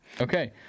okay